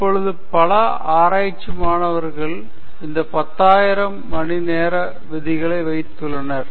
இப்பொழுது பல ஆராய்ச்சி மாணவர்கள் இந்த 10000 மணி நேர விதிகளை வைத்துள்ளனர்